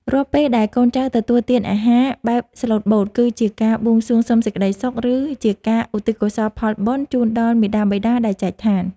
រាល់ពេលដែលកូនចៅទទួលទានអាហារបែបស្លូតបូតគឺជាការបួងសួងសុំសេចក្តីសុខ ឬ ជាការឧទ្ទិសកុសលផលបុណ្យជូនដល់មាតាបិតាដែលចែកឋាន។